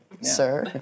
sir